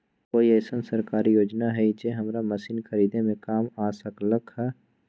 कोइ अईसन सरकारी योजना हई जे हमरा मशीन खरीदे में काम आ सकलक ह?